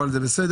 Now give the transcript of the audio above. אבל זה בסדר.